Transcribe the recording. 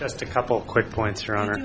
just a couple of quick points around